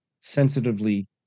sensitively